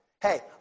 Hey